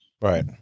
Right